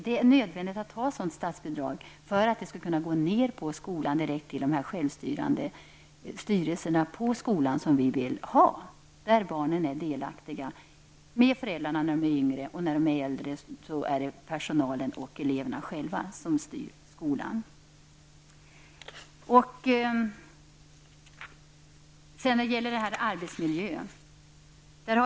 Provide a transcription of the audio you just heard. Det är nödvändigt att vi har ett sådant statsbidrag som går ned direkt på skolorna till de självstyrande grupper som vi vill ha. I dessa skall barnen vara delaktiga tillsammans med föräldrarna när de är yngre. När barnen blir äldre är det de själva och personalen som skall styra skolan.